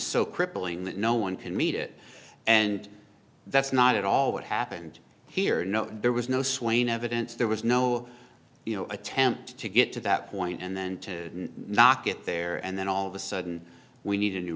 so crippling that no one can meet it and that's not at all what happened here no there was no swaying evidence there was no you know attempt to get to that point and then to not get there and then all of a sudden we need a new